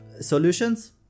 solutions